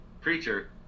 preacher